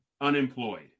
unemployed